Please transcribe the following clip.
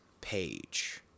page